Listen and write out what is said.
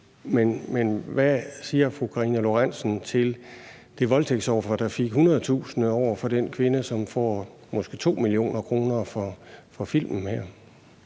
Men hvad siger fru Karina Lorentzen Dehnhardt til det voldtægtsoffer, der fik 100.000 kr., over for den kvinde, som får måske 2 mio. kr. for filmen her?